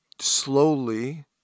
slowly